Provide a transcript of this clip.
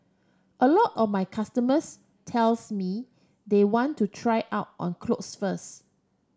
a lot of my customers tells me they want to try out on clothes first